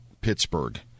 Pittsburgh